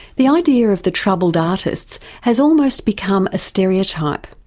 the idea of the troubled artists has almost become a stereotype,